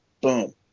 boom